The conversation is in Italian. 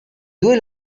due